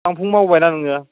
फां फुं मावबायना नोङो